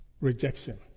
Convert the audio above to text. rejection